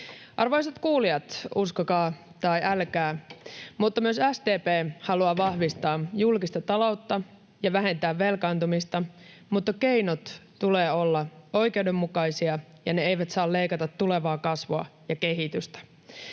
Arvoisat kuulijat, uskokaa tai älkää, mutta myös SDP haluaa vahvistaa julkista taloutta ja vähentää velkaantumista, mutta keinojen tulee olla oikeudenmukaisia ja ne eivät saa leikata tulevaa kasvua ja kehitystä.